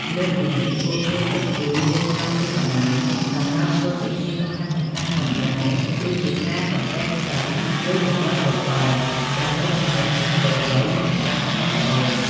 លើសពីនេះ ពួកគេក៏ជួយ រៀបចំទីកន្លែង សម្រាប់ធ្វើពិធីសំខាន់ៗផងដែរ ដូចជាការសំពះផ្ទឹម ឬបង្វិលពពិល ដើម្បីធានាថាអ្វីៗមានសណ្ដាប់ធ្នាប់ល្អ។